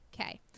Okay